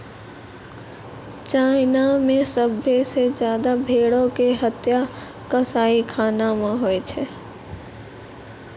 China मे सभ्भे से ज्यादा भेड़ो के हत्या कसाईखाना मे होय छै